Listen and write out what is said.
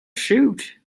shoot